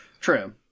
True